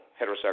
heterosexual